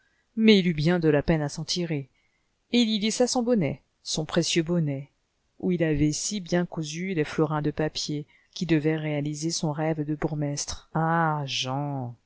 mais il eut bien de la peine à s'en tirer et il y laissa son bonnet son précieux bonnet où il avait si bien cousu les florins de papier qui devaient réaliser son rêve de bourgmestre ahl jean